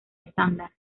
estándar